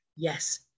Yes